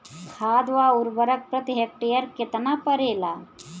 खाद व उर्वरक प्रति हेक्टेयर केतना परेला?